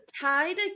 tied